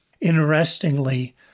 Interestingly